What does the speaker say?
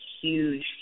huge